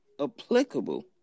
applicable